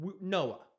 Noah